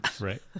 Right